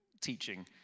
teaching